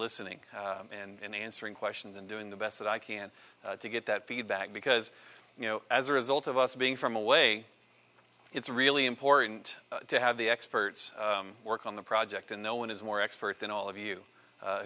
listening and answering questions and doing the best that i can to get that feedback because you know as a result of us being from away it's really important to have the experts work on the project and no one is more expert than all of you